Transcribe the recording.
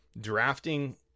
drafting